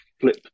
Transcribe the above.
flip